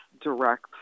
direct